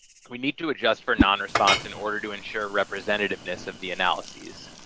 we need to adjust for non-response in order to ensure representativeness of the analyses.